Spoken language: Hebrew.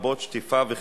בימים אלה ממש